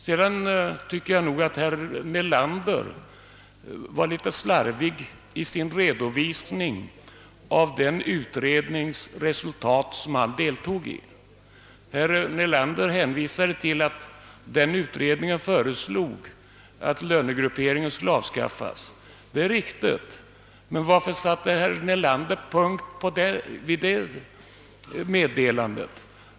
Herr Nelander var nog litet slarvig i sin redovisning av resultaten från den utredning som han deltog i. Herr Nelander hänvisade till att utredningen föreslog att lönegrupperingen skulle avskaffas. Det är riktigt, men varför satte herr Nelander punkt vid det meddelandet?